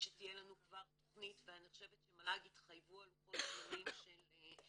שתהיה לנו כבר תכנית ואני חושבת שמל"ג התחייבו על לוחות זמנים שאנחנו